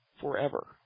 forever